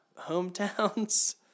hometowns